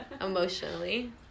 Emotionally